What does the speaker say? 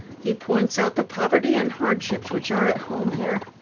he points out the poverty and hardships which are at home here.